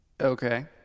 Okay